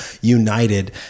united